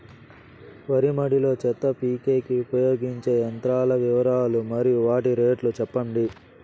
వరి మడి లో చెత్త పీకేకి ఉపయోగించే యంత్రాల వివరాలు మరియు వాటి రేట్లు చెప్పండి?